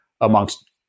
amongst